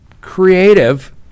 creative